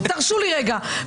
תרשו לי רגע,